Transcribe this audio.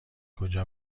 کجا